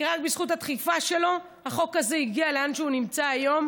כי רק בזכות הדחיפה שלו החוק הזה הגיע לאן שהוא נמצא היום,